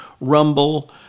Rumble